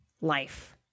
life